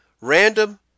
random